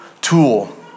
tool